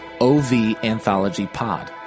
OVAnthologyPod